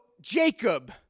Jacob